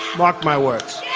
mark my words.